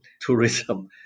tourism